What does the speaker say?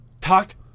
talked